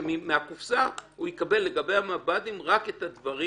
כשמהקופסה הוא יקבל לגבי המב"דים רק את הדברים